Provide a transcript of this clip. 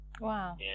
Wow